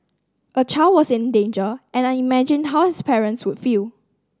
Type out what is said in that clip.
a child was in danger and I imagined how his parents would feel